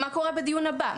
מה קורה בדיון הבא?